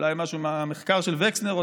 אולי משהו מהמחקר של וקסנר,